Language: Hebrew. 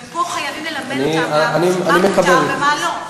ופה חייבים ללמד אותם מה מותר ומה לא,